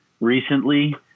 recently